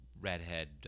redhead